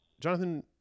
Jonathan